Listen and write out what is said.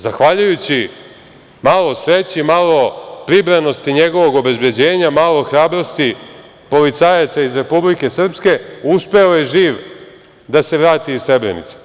Zahvaljujući malo sreći, malo pribranosti njegovog obezbeđenja, malo hrabrosti policajaca iz Republike Srpske, uspeo je živ da se vrati iz Srebrenice.